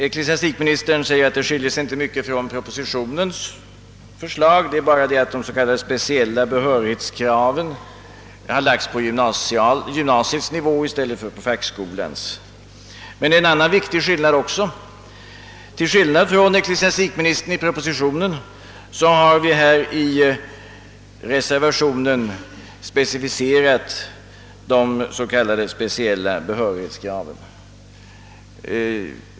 Ecklesiastikministern säger att vad som föreslås i reservationen inte skiljer sig mycket från propositionens förslag; det är bara den skillnaden att det s.k. speciella behörighetskravet har lagts på gymnasiets nivå i stället för på fackskolans. Men det finns en annan viktig skillnad också. Till skillnad mot vad ecklesiastikministern anför i propositionen har vi i reservationen specificerat de s.k. speciella behörighetskraven.